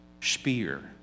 Speer